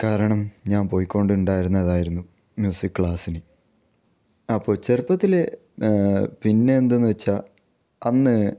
കാരണം ഞാൻ പോയിക്കൊണ്ടുണ്ടായതായിരുന്നു മ്യൂസിക് ക്ലാസ്സിന് അപ്പോൾ ചെറുപ്പത്തിൽ പിന്നെ എന്തെന്ന് വെച്ചാൽ അന്ന്